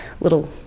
little